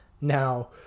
now